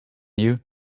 you